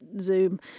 Zoom